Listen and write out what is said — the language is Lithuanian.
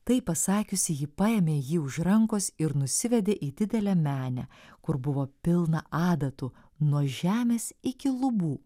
tai pasakiusi ji paėmė jį už rankos ir nusivedė į didelę menę kur buvo pilna adatų nuo žemės iki lubų